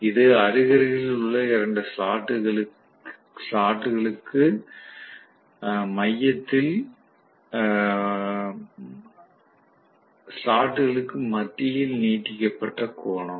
இது அருகருகில் உள்ள 2 ஸ்லாட் களுக்கு மையத்தில் நீட்டிக்கப்பட்ட கோணம்